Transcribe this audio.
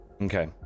okay